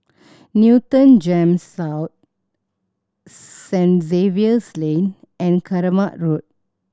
Newton GEMS South Saint Xavier's Lane and Kramat Road